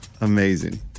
Amazing